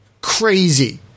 crazy